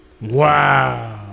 Wow